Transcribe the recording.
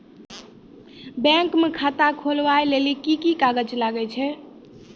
Bank म खाता खोलवाय लेली की की कागज लागै छै?